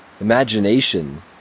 imagination